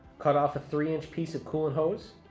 cut off a three inch piece of coolant hose.